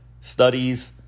studies